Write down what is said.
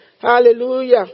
Hallelujah